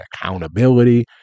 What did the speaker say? accountability